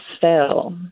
fell